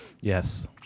Yes